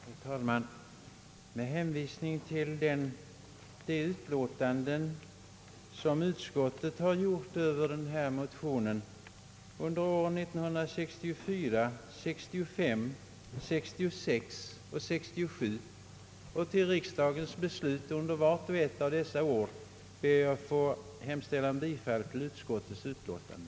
Herr talman! Med hänvisning till de utlåtanden som utskottet har avgivit över denna motion under åren 1964, 1965, 1966 och 1967 samt till riksdagens beslut under vart och ett av dessa år ber jag att få hemställa om bifall till utskottets utlåtande.